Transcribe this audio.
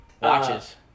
watches